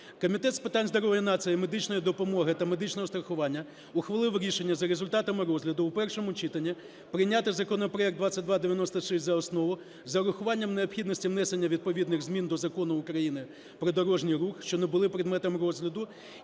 Комітет з питань здоров'я нації, медичної допомоги та медичного страхування ухвалив рішення за результатами розгляду у першому читанні прийняти законопроект 2296 за основу з врахуванням необхідності внесення відповідних змін до Закону України "Про дорожній рух", що не були предметом розгляду,